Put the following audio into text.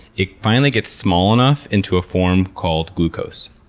it finally gets small enough into a form called glucose.